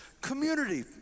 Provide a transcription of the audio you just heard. community